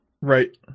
Right